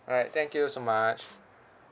alright thank you so much